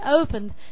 opened